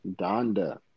Donda